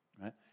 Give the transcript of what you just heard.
right